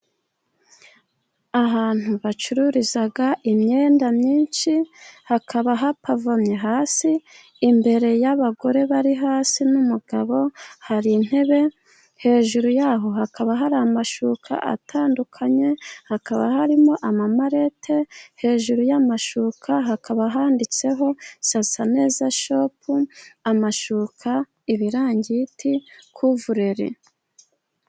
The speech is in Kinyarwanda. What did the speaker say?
Ahantu bacururiza imyenda myinshi, hakaba hapavomye hasi, imbere y'abagore bari hasi, n'umugabo hari intebe, hejuru yaho hakaba hari amashuka atandukanye, hakaba harimo amamarete, hejuru y'amashuka hakaba handitseho sasa neza shopu, amashuka, ibirangiti, kovureri.